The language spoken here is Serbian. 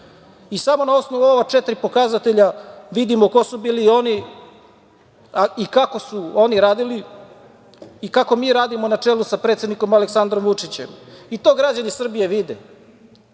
rasta. Samo na osnovu ova četiri pokazatelja vidimo ko su bili oni i kako su oni radili i kako mi radimo, na čelu sa predsednikom Aleksandrom Vučićem. I to građani Srbije